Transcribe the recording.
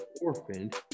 orphaned